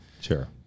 Sure